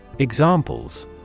Examples